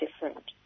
different